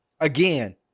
again